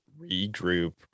regroup